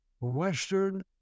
Western